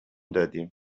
دادیم